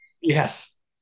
Yes